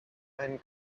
einen